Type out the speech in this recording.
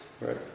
Right